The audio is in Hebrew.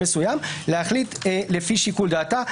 מסוים לפי שיקול דעתה,